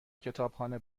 کتابخانه